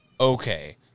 Okay